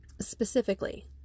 Specifically